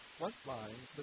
Frontlines